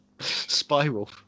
Spiral